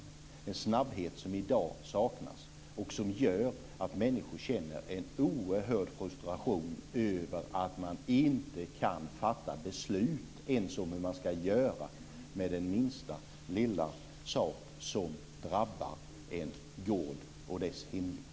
Det är en snabbhet som i dag saknas och som gör att människor känner en oerhörd frustration över att de inte kan fatta beslut ens om hur de ska göra med minsta lilla sak som drabbar en gård och dess hemdjur.